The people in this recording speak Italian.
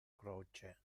croce